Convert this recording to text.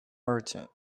merchant